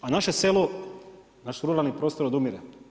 A naše selo, naš ruralni prostor odumire.